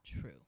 true